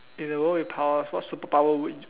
in a world with power what superpower would